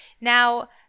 Now